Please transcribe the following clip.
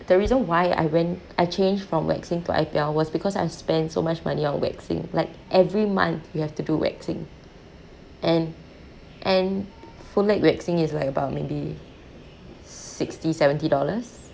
the reason why I went I changed from waxing to I_P_L was because I spend so much money on waxing like every month you have to do waxing and and full leg waxing is like about maybe sixty seventy dollars